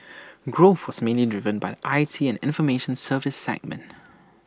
growth was mainly driven by I T and information services segment